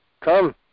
Come